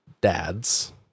dads